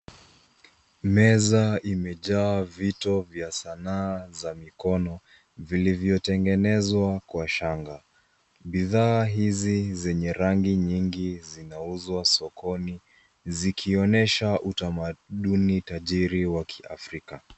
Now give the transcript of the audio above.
Meza imejaa vito vya sanaa za mikono, vilivyotengenezwa kwa shanga. Bidhaa hizi zenye rangi nyingi zinauzwa sokoni zikionyesha utamaduni tajiri wa kiafrika.